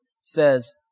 says